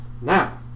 Now